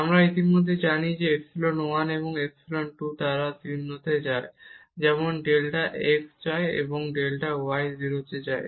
আমরা ইতিমধ্যে জানি যে এই ইপসিলন 1 এবং ইপসিলন 2 তারা 0 তে যায় যেমন ডেল্টা x যায় এবং ডেল্টা y 0 তে যায়